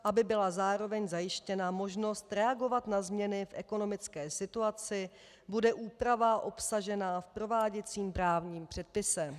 Aby byla zároveň zajištěna možnost reagovat na změny v ekonomické situaci, bude úprava obsažená v prováděcím právním předpise.